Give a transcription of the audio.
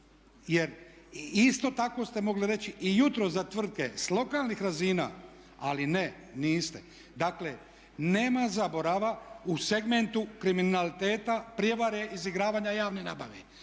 jer isto tako ste mogli reći i jutros za tvrtke s lokalnih razina, ali ne, niste. Dakle, nema zaborava u segmentu kriminaliteta, prijevare, izigravanja javne nabave.